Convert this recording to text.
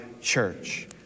church